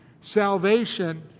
salvation